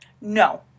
No